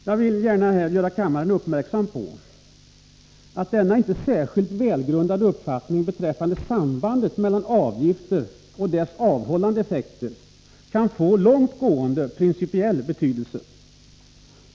Jag vill gärna göra kammaren uppmärksam på att denna inte särskilt välgrundade uppfattning beträffande sambandet mellan en avgift och dess avhållande effekter kan få långtgående principiell betydelse.